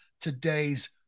today's